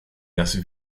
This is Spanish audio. las